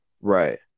right